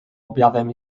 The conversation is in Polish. objawem